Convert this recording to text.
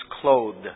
clothed